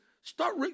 start